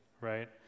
right